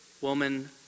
Woman